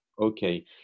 Okay